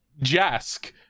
Jask